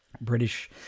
British